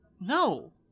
No